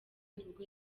nibwo